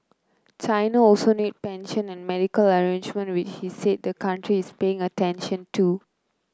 China also needs pension and medical arrangement which he said the country is paying attention to